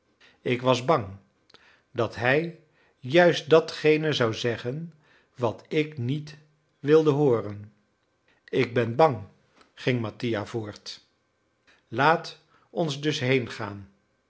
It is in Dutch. ik was bang dat hij juist datgene zou zeggen wat ik niet wilde hooren ik ben bang ging mattia voort laat ons dus heengaan